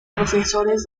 profesores